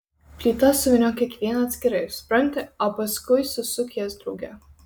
plytas suvyniok kiekvieną atskirai supranti o paskui susuk jas drauge